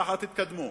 ככה תתקדמו.